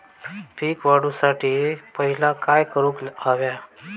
पीक वाढवुसाठी पहिला काय करूक हव्या?